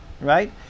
Right